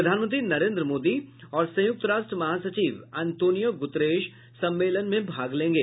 प्रधानमंत्री नरेंद्र मोदी और संयुक्त राष्ट्र महासचिव अंतोनियो गुतरश सम्मेलन में भाग लेंगे